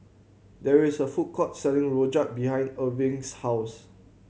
there is a food court selling Rojak behind Irving's house